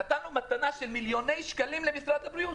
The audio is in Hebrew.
נתנו מתנה של מיליוני שקלים למשרד הבריאות.